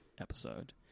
episode